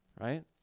Right